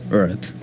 earth